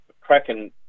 cracking